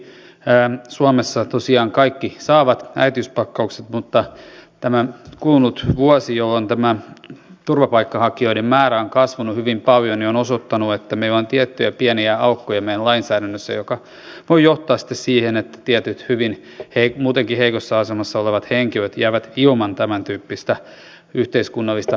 lähtökohtaisesti suomessa tosiaan kaikki saavat äitiyspakkauksen mutta tämä kulunut vuosi jolloin tämä turvapaikanhakijoiden määrä on kasvanut hyvin paljon on osoittanut että meillä on tiettyjä pieniä aukkoja meidän lainsäädännössä mikä voi johtaa sitten siihen että tietyt muutenkin hyvin heikossa asemassa olevat henkilöt jäävät ilman tämäntyyppistä yhteiskunnallista tukea